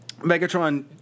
Megatron